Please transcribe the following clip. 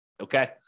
Okay